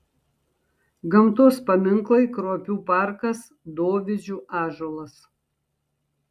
gamtos paminklai kruopių parkas dovydžių ąžuolas